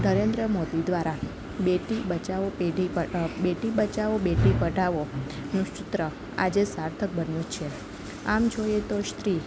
નરેન્દ્ર મોદી દ્વારા બેટી બચાવો બેટી બચાવો બેટી પઢાઓનું સૂત્ર આજે સાર્થક બન્યું છે આમ જોઈએ તો સ્ત્રી